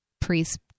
priest